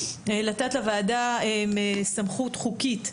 לתת לוועדה סמכות חוקית,